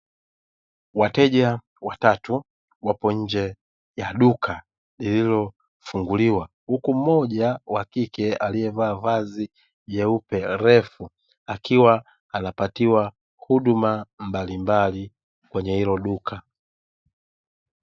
Wateja watatu wapo nje ya duka lililofunguliwa huku mmoja wa kike aliyevaa vazi jeupe refu, akiwa anapatiwa huduma mbalimbali kwenye hilo duka.